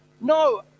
No